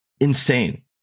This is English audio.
Insane